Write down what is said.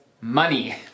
money